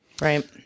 Right